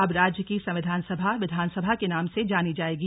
अब राज्य की संविधान सभा विधान सभा के नाम से जानी जायेगी